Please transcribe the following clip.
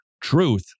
Truth